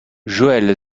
joël